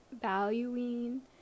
valuing